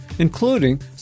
including